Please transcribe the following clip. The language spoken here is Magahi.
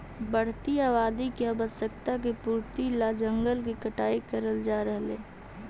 बढ़ती आबादी की आवश्यकता की पूर्ति ला जंगल के कटाई करल जा रहलइ हे